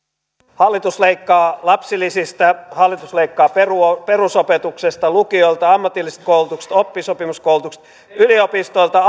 hallitus leikkaa lapsilisistä hallitus leikkaa perusopetuksesta lukioilta ammatillisesta koulutuksesta oppisopimuskoulutuksesta yliopistoilta